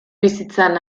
bizitzan